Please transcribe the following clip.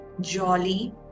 jolly